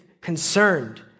concerned